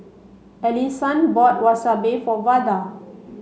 Elian bought Wasabi for Vada